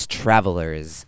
travelers